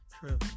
True